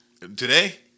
Today